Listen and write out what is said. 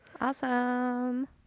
Awesome